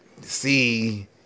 See